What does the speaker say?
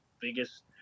biggest